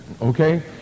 okay